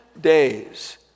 days